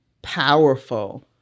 powerful